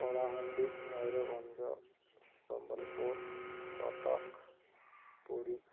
Kalahandi Mayurbhanj Sambalpur Cuttack Puri